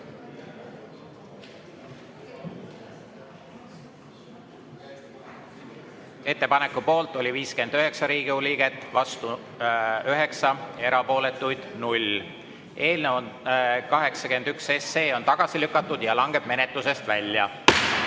Ettepaneku poolt oli 59 Riigikogu liiget, vastu 9, erapooletuid 0. Eelnõu 81 on tagasi lükatud ja langeb menetlusest välja.